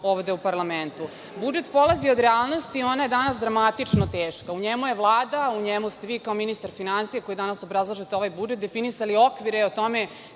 ovde u parlamentu. Budžet polazi od realnosti, a ona je danas dramatično teška. U njemu je Vlada, u njemu ste vi kao ministar finansija koji danas obrazlažete ovaj budžet, definisali okvire o tome